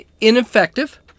ineffective